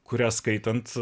kurią skaitant